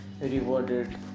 rewarded